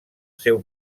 seu